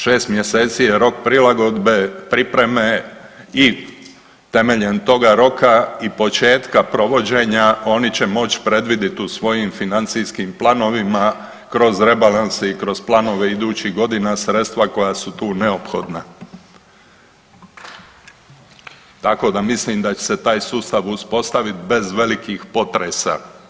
Šest mjeseci je rok prilagodbe, pripreme i temeljem toga roka i početka provođenja oni će moć predvidit u svojim financijskim planovima kroz rebalanse i kroz planove idućih godina sredstva koja su tu neophodna, tako da mislim da će se taj sustav uspostavit bez velikih potresa.